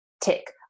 Tick